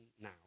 now